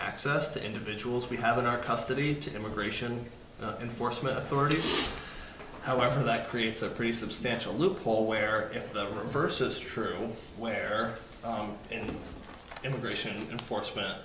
access to individuals we have in our custody to immigration enforcement authorities however that creates a pretty substantial loophole where if the reverse is true where an immigration enforcement